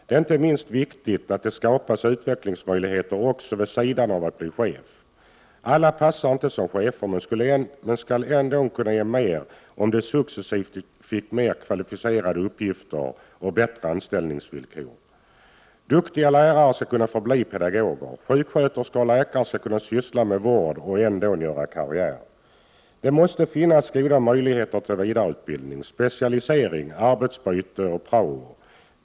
Det är inte minst viktigt att det skapas utvecklingsmöjligheter också vid sidan av att bli chef. Alla passar inte som chefer, men skulle ändå kunna ge mer om de successivt fick mer kvalificerade uppgifter och bättre anställningsvillkor. Duktiga lärare skall kunna förbli pedagoger. Sjuksköterskor och läkare skall kunna syssla med vård och ändå göra karriär. Det måste finnas goda möjligheter till vidareutbildning, specialisering, arbetsbyte och prao.